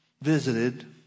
visited